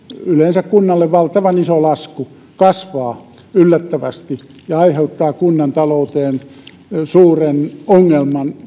yleensä kunnalle valtavan iso lasku kasvaa yllättävästi ja aiheuttaa kunnan talouteen kesken kaiken suuren ongelman